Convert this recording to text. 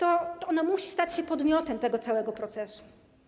Ono musi stać się podmiotem tego całego procesu.